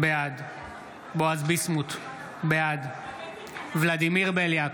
בעד בועז ביסמוט, בעד ולדימיר בליאק,